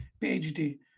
PhD